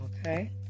Okay